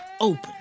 open